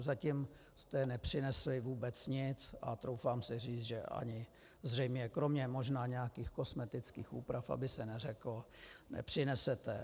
Zatím jste nepřinesli vůbec nic a troufám si říct, že zřejmě ani kromě nějakých kosmetických úprav, aby se neřeklo, nepřinesete.